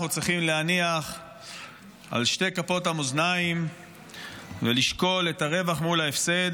אנחנו צריכים להניח על שתי כפות המאזניים ולשקול את הרווח מול ההפסד,